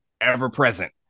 ever-present